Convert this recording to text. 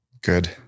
Good